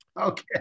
Okay